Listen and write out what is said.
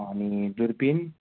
अनि दुर्पिन